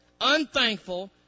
unthankful